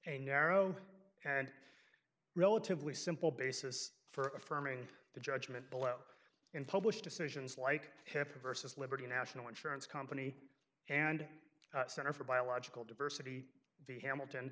a narrow and relatively simple basis for affirming the judgment below in published decisions like hipaa versus liberty national insurance company and center for biological diversity the hamilton